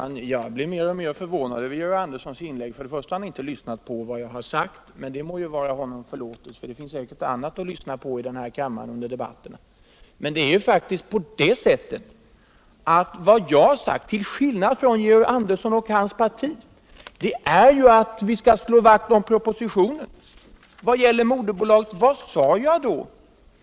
Herr talman! Jag blir mer och mer förvånad över Georg Anderssons inlägg. Han har inte lyssnat på vad jag har sagt — det må vara honom förlåtet, för det finns säkert annat att lyssna på i denna kammare under debatterna. Jag har sagt, till skillnad från Georg Andersson och hans parti, att vi skall slå vakt om propositionen. Vad sade jag beträffande moderbolaget?